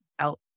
Out